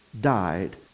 died